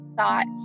thoughts